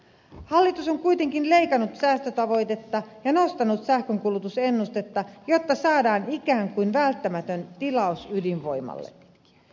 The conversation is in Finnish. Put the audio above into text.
hallitus on kuitenkin leikannut säästötavoitetta ja nostanut sähkönkulutusennustetta jotta saadaan ikään kuin välttämätön tilaus ydinvoimalle